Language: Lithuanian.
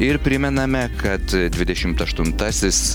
ir primename kad dvidešimt aštuntasis